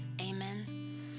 Amen